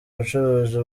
ubucuruzi